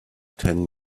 ten